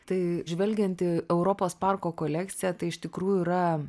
tai žvelgianti į europos parko kolekcija tai iš tikrųjų yra